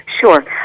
Sure